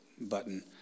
button